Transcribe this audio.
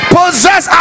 possess